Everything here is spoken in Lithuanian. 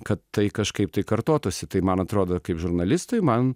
kad tai kažkaip tai kartotųsi tai man atrodo kaip žurnalistui man